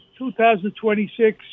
2026